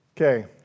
Okay